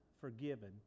forgiven